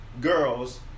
girls